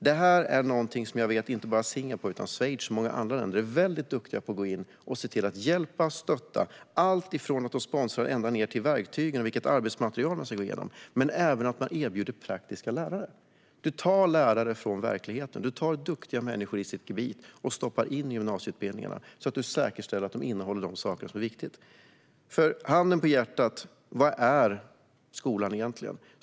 Detta är något som inte bara Singapore utan även Schweiz och många andra länder är väldigt duktiga på: att hjälpa och stötta med sponsring av verktyg och arbetsmaterial och även att erbjuda praktiska lärare. Man tar lärare från verkligheten - duktiga människor i sitt gebit - och stoppar in i gymnasieutbildningarna för att säkerställa att de innehåller det som är viktigt. För handen på hjärtat, vad är skolan egentligen?